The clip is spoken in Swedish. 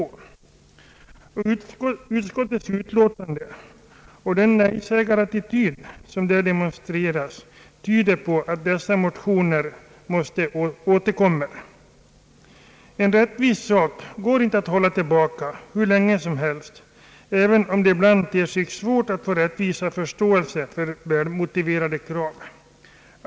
Utskottets utlåtande och den nejsägarattityd som där demonstreras visar att dessa motioner måste återkomma. En rättvis sak går inte att hålla tillbaka hur länge som helst — även om det ibland ter sig svårt att få förståelse för välmotiverade krav.